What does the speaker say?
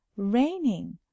raining